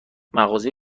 مغازه